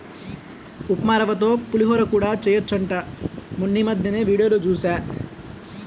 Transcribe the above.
ఉప్మారవ్వతో పులిహోర కూడా చెయ్యొచ్చంట మొన్నీమద్దెనే వీడియోలో జూశా